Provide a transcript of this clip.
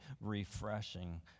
refreshing